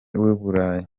burayi